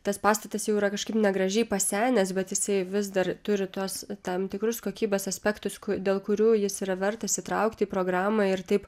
tas pastatas jau yra kažkaip negražiai pasenęs bet jisai vis dar turi tuos tam tikrus kokybės aspektus dėl kurių jis yra vertas įtraukti į programą ir taip